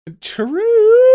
True